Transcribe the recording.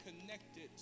connected